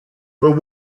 but